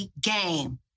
Game